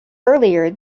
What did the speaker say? earlier